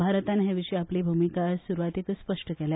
भारतान ह्या विशी आपली भुमिका सुरवातेकुच स्पष्ट केल्या